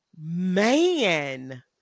Man